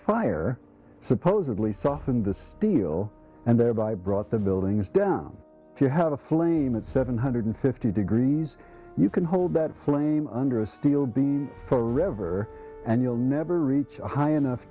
fire supposedly softened the steel and thereby brought the buildings down if you have a flame at seven hundred fifty degrees you can hold that flame under a steel beam forever and you'll never reach a high enough